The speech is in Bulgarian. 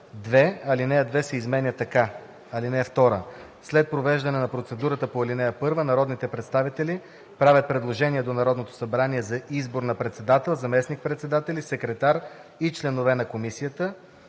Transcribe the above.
Алинея 2 се изменя така: „(2) След провеждане на процедурата по ал. 1 народните представители правят предложение до Народното събрание за избор на председател, заместник-председатели, секретар и членове на комисията.“